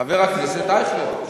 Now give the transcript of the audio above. חבר הכנסת אייכלר.